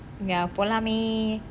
ya போலாமே:polamae